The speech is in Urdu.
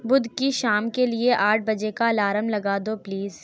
بدھ کی شام کے لیے آٹھ بجے کا الارم لگا دو پلیز